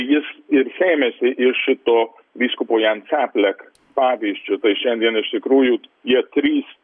jis ir sėmėsi iš šito vyskupo jan caplek pavyzdžiu tai šiandien iš tikrųjų jie trys